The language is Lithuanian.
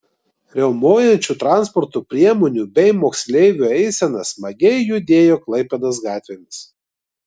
riaumojančių transporto priemonių bei moksleivių eisena smagiai judėjo klaipėdos gatvėmis